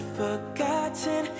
forgotten